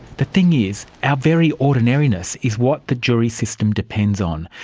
the thing is, our very ordinariness is what the jury system depends on.